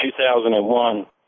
2001